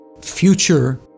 future